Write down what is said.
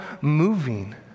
moving